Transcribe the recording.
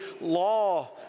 law